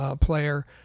player